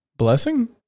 Blessing